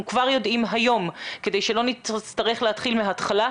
כבר יודעים היום כדי שלא נצטרך להתחיל מההתחלה.